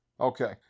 Okay